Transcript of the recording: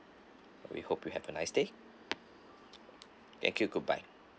we hope you have a nice day thank you goodbye